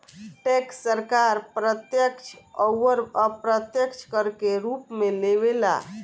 tax सरकार प्रत्यक्ष अउर अप्रत्यक्ष कर के रूप में लेवे ला